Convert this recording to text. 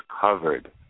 covered